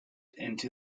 into